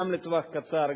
גם לטווח קצר,